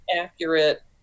accurate